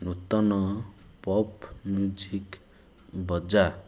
ନୂତନ pop music ବଜା